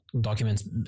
documents